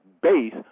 base